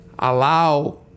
allow